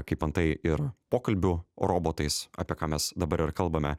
kaip antai ir pokalbių robotais apie ką mes dabar kalbame